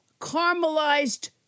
Caramelized